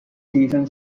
season